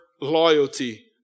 loyalty